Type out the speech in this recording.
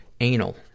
anal